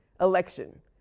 election